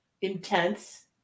intense